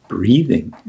Breathing